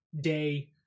day